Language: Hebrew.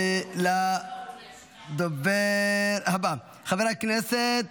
כעת לדובר הבא, חבר הכנסת